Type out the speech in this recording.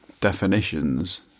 definitions